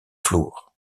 flour